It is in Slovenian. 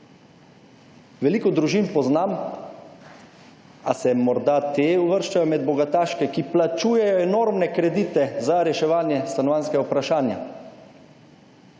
Veliko družin poznam, a se morda te uvrščajo med bogataške, ki plačujejo enormne kredite za reševanje stanovanjskega vprašanja.